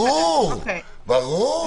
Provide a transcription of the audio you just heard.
ברור.